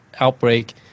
outbreak